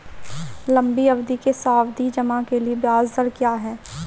लंबी अवधि के सावधि जमा के लिए ब्याज दर क्या है?